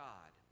God